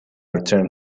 return